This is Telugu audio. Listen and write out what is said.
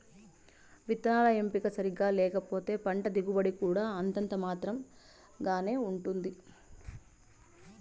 విత్తనాల ఎంపిక సరిగ్గా లేకపోతే పంట దిగుబడి కూడా అంతంత మాత్రం గానే ఉంటుంది